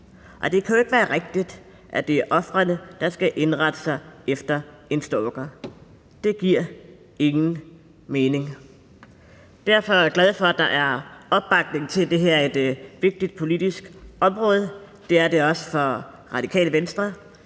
Det kan jo ikke være rigtigt, at det er ofrene, der skal indrette sig efter en stalker. Det giver ingen mening. Derfor er jeg glad for, at der er opbakning til det her vigtige politiske område. Det er det også for Radikale Venstre.